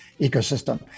ecosystem